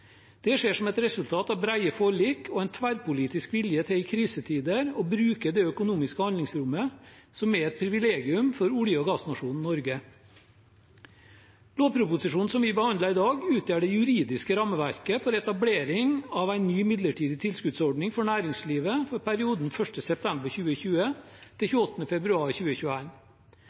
Det skjer som et resultat av brede forlik og en tverrpolitisk vilje til i krisetider å bruke det økonomiske handlingsrommet som er et privilegium for olje- og gassnasjonen Norge. Lovproposisjonen vi behandler i dag, utgjør det juridiske rammeverket for etableringen av en ny midlertidig tilskuddsordning for næringslivet for perioden 1. september